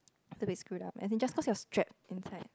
it's a bit screwed up and then just cause you're strapped inside